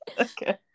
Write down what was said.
Okay